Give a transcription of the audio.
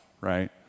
right